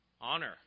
Honor